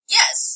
Yes